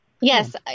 Yes